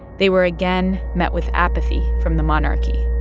they were again met with apathy from the monarchy.